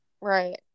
Right